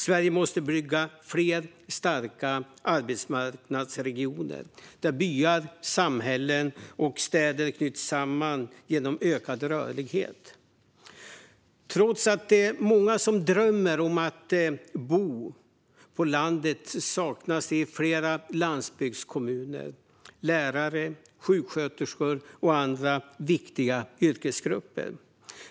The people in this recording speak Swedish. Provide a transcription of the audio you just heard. Sverige måste bygga fler starka arbetsmarknadsregioner där byar, samhällen och städer knyts samman genom ökad rörlighet. Trots att det är många som drömmer om att bo på landet saknas det i flera landsbygdskommuner lärare, sjuksköterskor och andra viktiga yrkesgrupper.